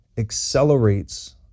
accelerates